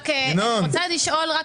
רוצה לשאול את